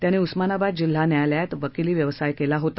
त्यांनी उस्मानाबाद जिल्हा न्यायालयात वकिली व्यवसाय करत होते